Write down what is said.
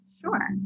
Sure